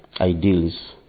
ideals